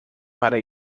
para